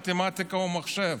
מתמטיקה או מחשב?